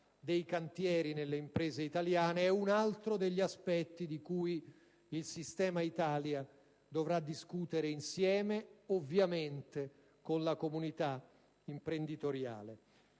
dei cantieri nelle imprese italiane. È un altro degli aspetti di cui il sistema Italia dovrà discutere insieme, ovviamente con la comunità imprenditoriale.